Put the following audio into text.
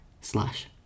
slash